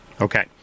Okay